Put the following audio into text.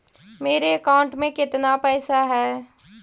मेरे अकाउंट में केतना पैसा है?